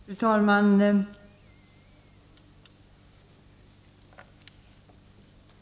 Fru talman!